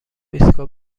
ایستگاه